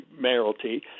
mayoralty